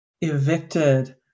evicted